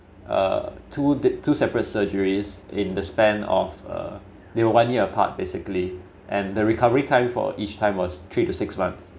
uh two dif~ two separate surgeries in the span of a they were one year apart basically and the recovery time for each time was three to six months